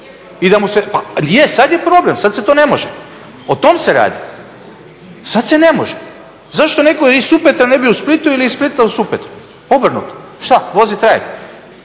Je sad je problem, sad se to ne može o tom se radi, sad se ne može. Zašto neko iz Supetra ne bi u Splitu, ili iz Splita u Supetru obrnuto, šta vozi trajekt.